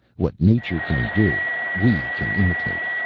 what nature can do, we can imitate.